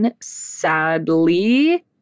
sadly